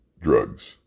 drugs